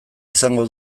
izango